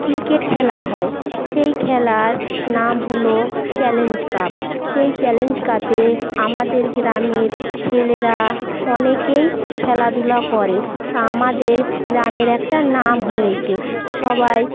cricket খেলা হয় সেই খেলার নাম হল চ্যালেঞ্জ কাপ সেই চ্যালেঞ্জ কাপে আমাদের গ্রামের ছেলেরা অনেকেই খেলাধুলা করে তা আমাদের গ্রামের একটা নাম হয়েছে সবাই